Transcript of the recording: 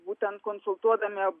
būtent konsultuodami